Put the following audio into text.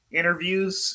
interviews